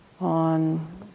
on